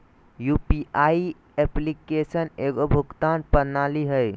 UPI application एगो भुगतान प्रणाली हइ